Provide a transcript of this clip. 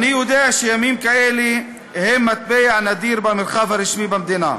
אני יודע שימים כאלה הם מטבע נדיר במרחב הרשמי במדינה.